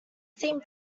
same